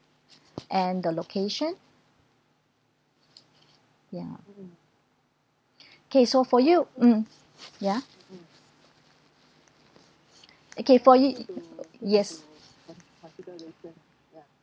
and the location ya okay so for you mm ya okay for you yes